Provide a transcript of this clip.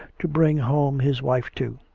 to bring home his wife to